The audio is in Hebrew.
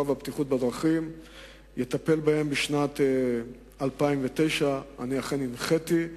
והבטיחות בדרכים יטפל בהם בשנת 2009. אני אכן הנחיתי,